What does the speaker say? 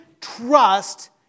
trust